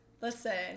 Listen